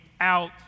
out